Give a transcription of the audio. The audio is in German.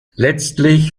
letztlich